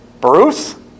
Bruce